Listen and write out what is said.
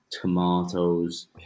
tomatoes